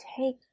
take